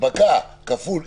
בשם העיקרון.